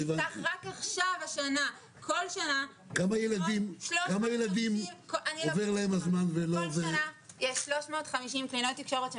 כל שנה יש 350 קלינאיות תקשורת שמסיימות,